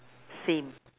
seen